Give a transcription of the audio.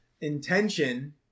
Intention